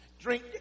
drink